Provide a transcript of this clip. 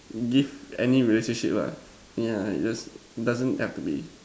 give any relationship lah yeah it does doesn't have to be